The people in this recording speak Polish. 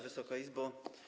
Wysoka Izbo!